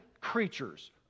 creatures